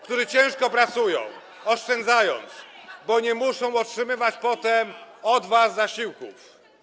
którzy ciężko pracują, oszczędzają i nie muszą otrzymywać potem od was zasiłków.